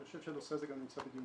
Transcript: אני חושב שהנושא הזה גם נמצא בדיונים